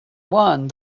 one